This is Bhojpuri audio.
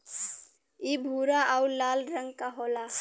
इ भूरा आउर लाल रंग क होला